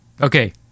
Okay